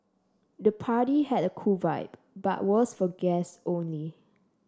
the party had a cool vibe but was for guests only